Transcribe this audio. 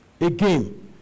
Again